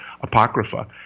Apocrypha